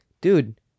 dude